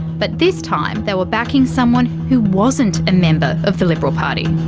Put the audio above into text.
but this time, they were backing someone who wasn't a member of the liberal party.